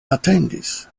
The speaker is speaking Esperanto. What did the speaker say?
atendis